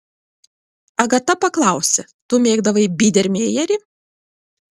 agata paklausė tu mėgdavai bydermejerį